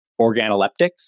organoleptics